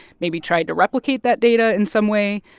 maybe tried to replicate that data in some way,